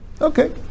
Okay